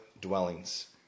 dwellings